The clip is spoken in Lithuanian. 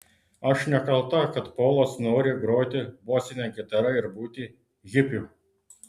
aš nekalta kad polas nori groti bosine gitara ir būti hipiu